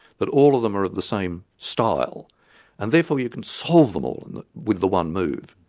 that all of them are of the same style and therefore you can solve them all and with the one move.